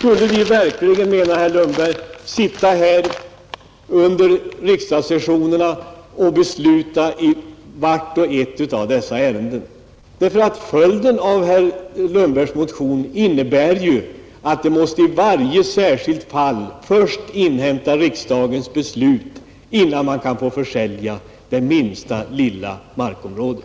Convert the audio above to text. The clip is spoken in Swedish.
som är till salu. Menar verkligen herr Lundberg att vi skall sitta här under riksdagssessionerna och besluta i vart och ett av dessa ärenden? Följden av herr Lundbergs motion är ju att man i varje särskilt fall först måste inhämta riksdagens beslut innan försäljning får komma till stånd.